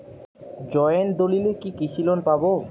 Joint দলিলে কি কৃষি লোন পাব?